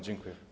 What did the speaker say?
Dziękuję.